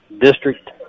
district